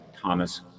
Thomas